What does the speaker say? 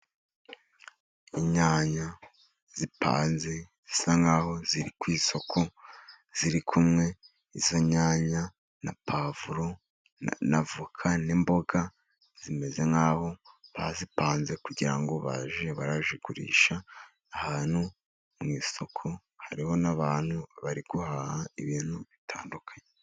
inyanya zipanze zisa nk'aho ziri ku isoko ziri kumwe. Izo nyanya na pwavuro, n'avoka n'imboga zimeze nk'aho bazipanze kugira ngo bajye barabigurisha ahantu mu isoko. Hariho n'abantu bari guhaha ibintu bitandukanye.